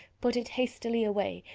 put it hastily away,